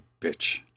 bitch